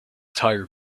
tire